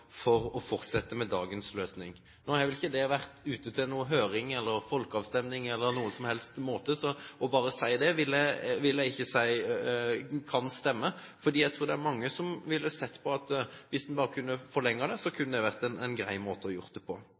for å fortsette med dagens løsning. Nå har vel ikke det vært ute til høring eller folkeavstemming på noen som helst måte, så det vil jeg ikke si kan stemme, for jeg tror det er mange som ville sett på det slik at bare å forlenge det ville være en grei måte å gjøre det på.